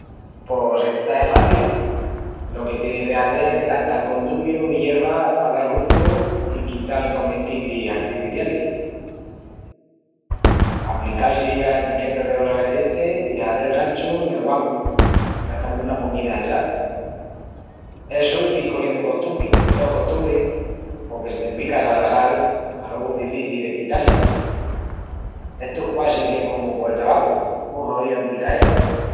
Pos esta es faci. Lo que tienis de hazel es gastal condumiu i yervas pa dal gustu i quital comestiblis artificialis. Aplical-si ala etiqueta delos agredientis i hazel ranchu nel guangu, gastandu una poquina de sal. Essu i dil cogiendu costumbri, que tó es costumbri, porque si t'empicas ala sal alogu es difici de quital-si, estu es quasi que comu col tabacu, un hoíu empicaeru.